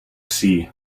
sie